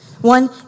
One